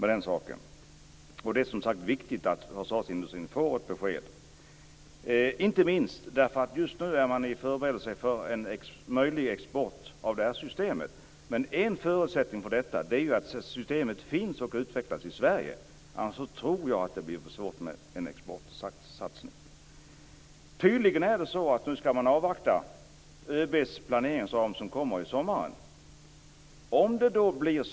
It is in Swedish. Det är viktigt att försvarsindustrin får ett besked, inte minst för att det sker förberedelser för en möjlig export av systemet. En förutsättning är att systemet finns och utvecklas i Sverige, annars tror jag att det blir för svårt med en satsning på export. Nu skall man avvakta ÖB:s planeringsram som skall läggas fram under sommaren.